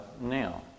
now